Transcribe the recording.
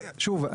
שוב,